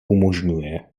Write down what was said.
umožňuje